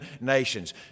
nations